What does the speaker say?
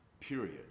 period